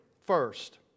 First